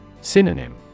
Synonym